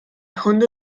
hundo